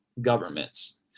governments